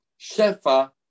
Shefa